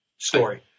story